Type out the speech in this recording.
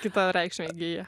kitą reikšmę įgyja